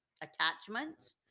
attachments